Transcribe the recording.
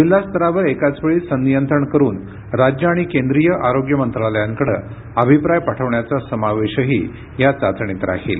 जिल्हा स्तरावर एकाच वेळी संनियंत्रण करून राज्य आणि केंद्रीय आरोग्य मंत्रालयाकडे अभिप्राय पाठविण्याचा समावेशही या चाचणीत राहील